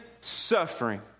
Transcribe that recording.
suffering